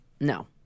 No